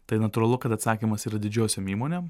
tai natūralu kad atsakymas yra didžiosiom įmonėm